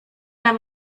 nam